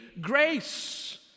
grace